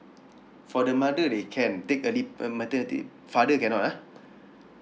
for the mother they can take early uh maternity father cannot ah